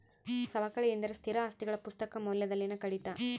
ಸವಕಳಿ ಎಂದರೆ ಸ್ಥಿರ ಆಸ್ತಿಗಳ ಪುಸ್ತಕ ಮೌಲ್ಯದಲ್ಲಿನ ಕಡಿತ